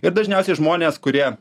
ir dažniausiai žmonės kurie